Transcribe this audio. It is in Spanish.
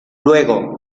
luego